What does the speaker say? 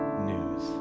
news